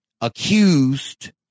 accused